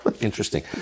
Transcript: Interesting